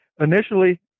Initially